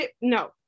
no